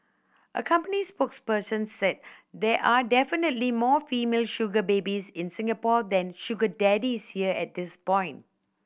a company spokesperson said there are definitely more female sugar babies in Singapore than sugar daddies here at this point